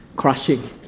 crushing